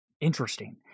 Interesting